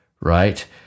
Right